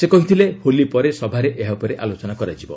ସେ କହିଥିଲେ ହୋଲି ପରେ ସଭାରେ ଏହା ଉପରେ ଆଲୋଚନା କରାଯିବ